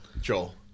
Joel